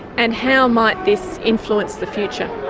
and how might this influence the future.